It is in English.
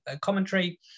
commentary